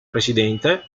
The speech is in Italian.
presidente